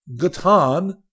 Gatan